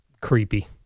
Creepy